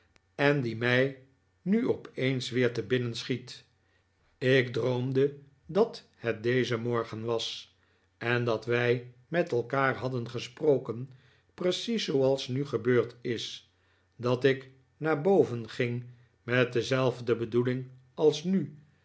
en die mij nu opeens weer te binnen schiet ik droomde dat het deze morgen was en dat wij met elkaar hadden gesproken precies zooals nu gebeurd is dat ik naar boven ging met dezelfde bedoeling als nu